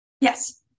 yes